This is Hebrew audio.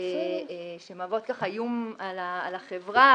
שמהוות איום על החברה,